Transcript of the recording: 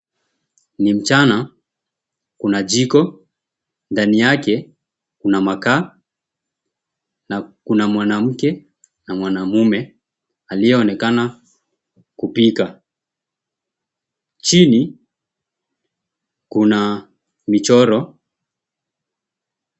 Ni mchana, kuna jiko. Ndani yake kuna makaa na kuna mwanamke na mwanaume aliyeonekana kupika. Chini kuna michoro.